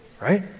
right